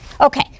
Okay